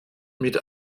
mit